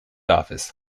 office